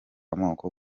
amoko